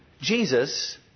Jesus